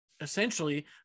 essentially